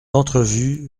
entrevue